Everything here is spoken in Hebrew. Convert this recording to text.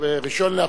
ב-1 באפריל.